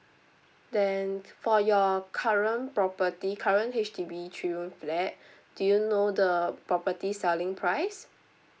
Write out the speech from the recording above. then for your current property current H_D_B three room flat do you know the property selling price